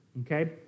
okay